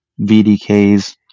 VDKs